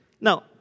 Now